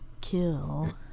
kill